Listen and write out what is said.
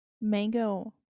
mango